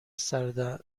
سردماغ